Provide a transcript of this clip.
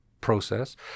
process